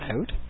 out